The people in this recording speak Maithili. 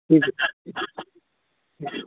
ठीक अइ ठीक